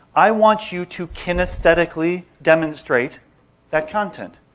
i want you to kinesthetically demonstrate that content.